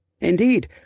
Indeed